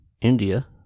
India